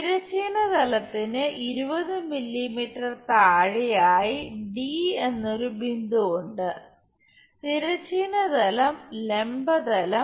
തിരശ്ചീന തലത്തിനു 20 മില്ലീമീറ്റർ താഴെയായി ഡി എന്നൊരു ബിന്ദു ഉണ്ട് തിരശ്ചീന തലം ലംബ തലം